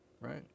Right